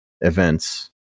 events